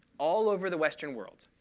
all over the western world,